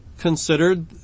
considered